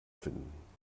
finden